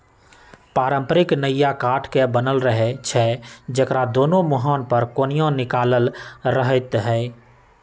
पारंपरिक नइया काठ के बनल रहै छइ जेकरा दुनो मूहान पर कोनिया निकालल रहैत हइ